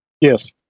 yes